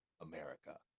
America